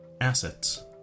assets